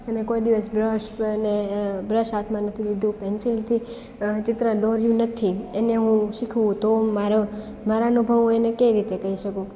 અને કોઈ દિવસ બ્રશ અને બ્રશ હાથમાં નથી લીધું પેન્સિલથી ચિત્ર દોર્યું નથી એને હું શીખવું તો મારો મારા અનુભવ હોય એને કઈ રીતે કહી શકું